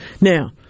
Now